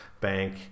bank